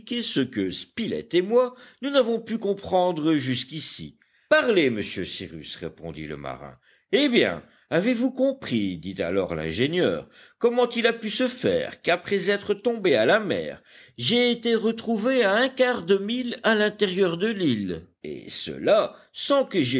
ce que spilett et moi nous n'avons pu comprendre jusqu'ici parlez monsieur cyrus répondit le marin eh bien avez-vous compris dit alors l'ingénieur comment il a pu se faire qu'après être tombé à la mer j'aie été retrouvé à un quart de mille à l'intérieur de l'île et cela sans que